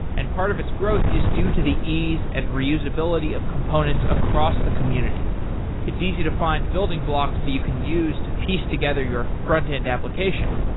and part of its growth is due to the ease and reusability of components across the community it's easy to find building blocks that you can use to piece together your frontend application.